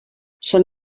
són